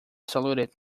saluted